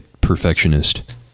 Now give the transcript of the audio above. perfectionist